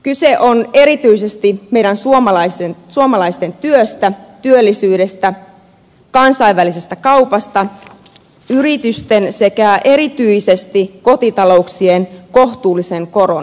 kyse on erityisesti meidän suomalaisten työstä työllisyydestä kansainvälisestä kaupasta yritysten sekä erityisesti kotitalouksien kohtuullisen koron säilymisestä